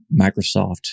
Microsoft